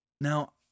Now